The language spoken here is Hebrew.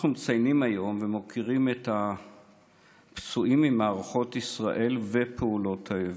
אנחנו מציינים היום ומוקירים את הפצועים ממערכות ישראל ומפעולות האיבה.